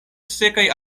sekaj